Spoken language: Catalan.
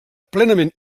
plenament